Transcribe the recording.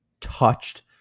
touched